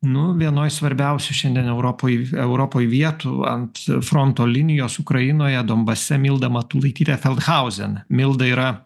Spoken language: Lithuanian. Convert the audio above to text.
nu vienoj svarbiausių šiandien europoj europoj vietų ant fronto linijos ukrainoje donbase milda matulaitytė feldhausen milda yra